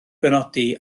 benodi